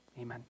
amen